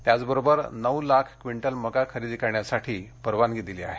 त्याचबरोबर नऊ लाख क्विंटल मका खरेदी करण्यासाठी परवानगी दिली आहे